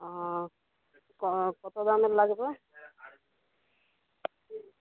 ও ক কতো দামের লাগবে